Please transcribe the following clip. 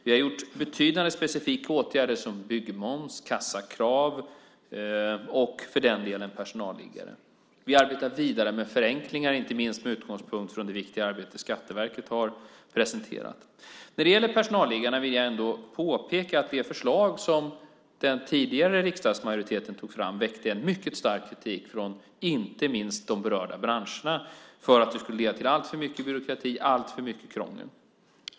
Vi har gjort betydande specifika åtgärder som gäller byggmoms, kassakrav och för den delen personalliggare. Vi har arbetat vidare med förenklingar, inte minst med utgångspunkt från det viktiga arbete Skatteverket har presenterat. När det gäller personalliggarna vill jag ändå påpeka att det förslag som den tidigare riksdagsmajoriteten tog fram väckte en mycket stark kritik från inte minst de berörda branscherna för att det skulle leda till alltför mycket byråkrati, alltför mycket krångel.